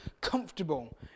comfortable